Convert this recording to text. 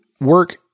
work